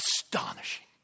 astonishing